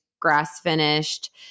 grass-finished